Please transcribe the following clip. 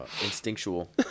instinctual